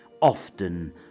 often